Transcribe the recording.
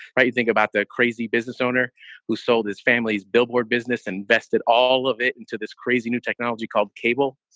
right. you think about that crazy business owner who sold his family's billboard business, invested all of it into this crazy new technology called cable.